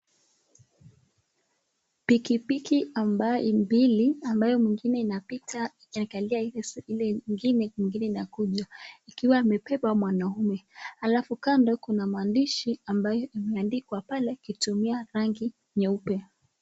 Bikibiki ambaye mbili, ambaye mwingine inapita nikiangalia ingine inakuja akiwa anapepa mwanaume , alafu kando kuna mandishi ambaye imeandikwa pale ikitumika rangi nyeupe.